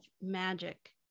magic